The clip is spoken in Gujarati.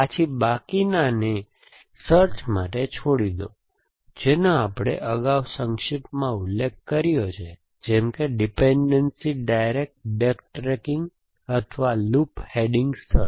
પછી બાકીનાને સર્ચ માટે છોડી દો જેનો આપણે અગાવ સંક્ષિપ્તમાં ઉલ્લેખ કર્યો છે જેમ કે ડિપેન્ડન્સી ડાયરેક્ટ બેક ટ્રેકિંગ અથવા લૂપ હેડિંગ સર્ચ